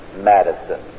Madison